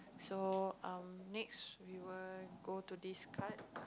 so um next we will go to describe